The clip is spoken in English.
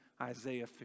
Isaiah